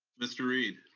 mr. reid.